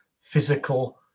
physical